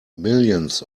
millions